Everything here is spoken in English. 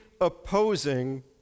opposing